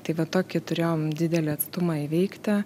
tai va tokį turėjom didelį atstumą įveikti